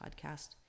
podcast